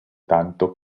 tanto